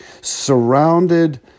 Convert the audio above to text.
surrounded